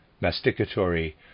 masticatory